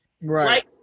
right